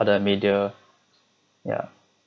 the media yeah